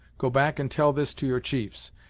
go back and tell this to your chiefs,